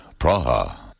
Praha